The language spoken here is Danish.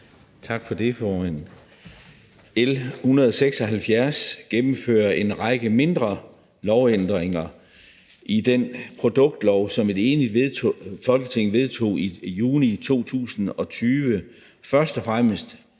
Tak for det, formand. L 176 gennemfører en række mindre lovændringer i den produktlov, som et enigt Folketing vedtog i juni 2020. Først og fremmest